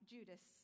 Judas